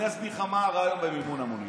אני אסביר לך מה הרעיון במימון המונים.